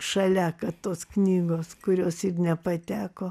šalia kad tos knygos kurios ir nepateko